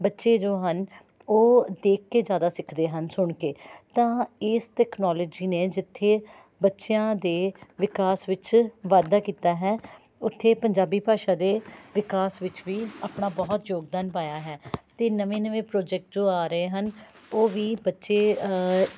ਬੱਚੇ ਜੋ ਹਨ ਉਹ ਦੇਖ ਕੇ ਜ਼ਿਆਦਾ ਸਿੱਖਦੇ ਹਨ ਸੁਣ ਕੇ ਤਾਂ ਇਸ ਤਕਨਾਲੋਜੀ ਨੇ ਜਿੱਥੇ ਬੱਚਿਆਂ ਦੇ ਵਿਕਾਸ ਵਿੱਚ ਵਾਧਾ ਕੀਤਾ ਹੈ ਉੱਥੇ ਪੰਜਾਬੀ ਭਾਸ਼ਾ ਦੇ ਵਿਕਾਸ ਵਿੱਚ ਵੀ ਆਪਣਾ ਬਹੁਤ ਯੋਗਦਾਨ ਪਾਇਆ ਹੈ ਅਤੇ ਨਵੇਂ ਨਵੇਂ ਪ੍ਰਾਜੈਕਟ ਜੋ ਆ ਰਹੇ ਹਨ ਉਹ ਵੀ ਬੱਚੇ